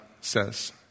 says